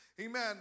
amen